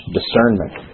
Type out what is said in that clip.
discernment